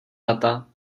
data